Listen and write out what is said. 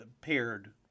paired